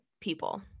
people